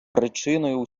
причиною